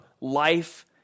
life